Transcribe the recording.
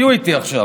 תהיו איתי עכשיו.